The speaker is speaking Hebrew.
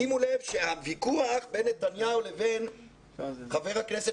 שימו לב שהוויכוח בין נתניהו לבין חבר הכנסת